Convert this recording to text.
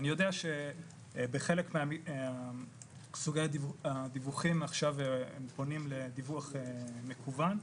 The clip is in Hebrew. אני יודע שבחלק מסוגי הדיווחים הם פונים לדיווח מקוון,